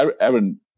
Aaron